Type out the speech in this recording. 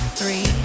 three